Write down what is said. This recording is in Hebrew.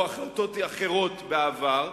או החלטות אחרות בעבר,